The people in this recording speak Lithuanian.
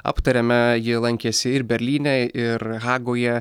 aptariame ji lankėsi ir berlyne ir hagoje